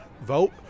Vote